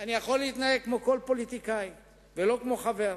אני יכול להתנהג כמו כל פוליטיקאי ולא כמו חבר,